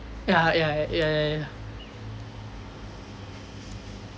ya ya ya